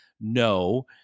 no